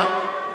נמנע?